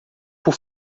por